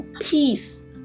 peace